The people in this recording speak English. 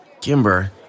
Kimber